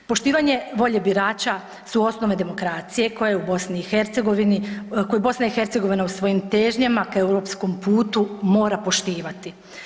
Poštovanje volje birača su osnove demokracije koje u BiH, koje BiH u svojim težnjama k europskom putu mora poštivati.